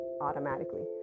automatically